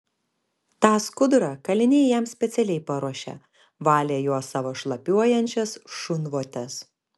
tą skudurą kaliniai jam specialiai paruošė valė juo savo šlapiuojančias šunvotes